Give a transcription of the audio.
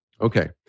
Okay